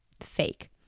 fake